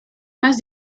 más